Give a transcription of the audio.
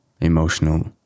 emotional